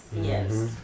Yes